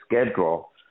schedule